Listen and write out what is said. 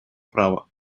права